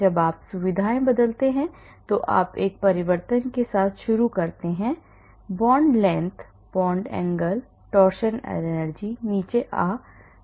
जब आप सुविधाएँ बदलते हैं तो आप एक परिवर्तन के साथ शुरू कर सकते हैं bond length bond angle torsion energy नीचे आ सकती है